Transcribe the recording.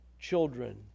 children